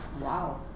wow